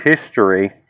history